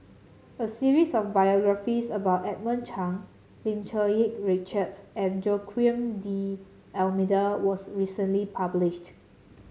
a series of biographies about Edmund Chen Lim Cherng Yih Richard and Joaquim D'Almeida was recently published